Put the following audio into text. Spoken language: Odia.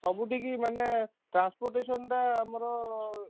ସବୁଠିକୁ ମାନେ ଟ୍ରାନ୍ସପୋର୍ଟେସନ୍ଟା ଆମର